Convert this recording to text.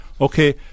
Okay